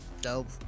Dope